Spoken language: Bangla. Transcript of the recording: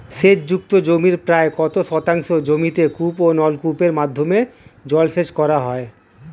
সেচ যুক্ত জমির প্রায় কত শতাংশ জমিতে কূপ ও নলকূপের মাধ্যমে জলসেচ করা হয়?